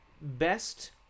best